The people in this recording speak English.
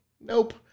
nope